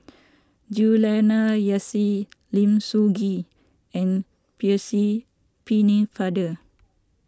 Juliana Yasin Lim Soo Ngee and Percy Pennefather